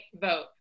vote